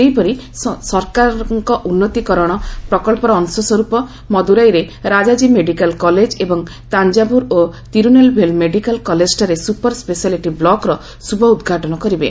ସେହିପରି ସରକାରଙ୍କ ଉନ୍ନୀତକରଣ ପ୍ରକଳ୍ପର ଅଂଶସ୍ୱରୂପ ମଦୁରାଇରେ ରାଜାଜ୍ଞାୀ ମେଡିକାଲ କଲେଜ ଏବଂ ତାଞ୍ଜାଭୁର ଓ ତିରୁନେଲଭେଲ ମେଡିକାଲ କଲେଜଠାରେ ସୁପର ସେଶାଲିଟି ବ୍ଲକର ଶୁଭ ଉଦ୍ଘାଟନ କରିବେ